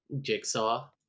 Jigsaw